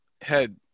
head